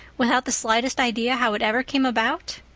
without the slightest idea how it ever came about?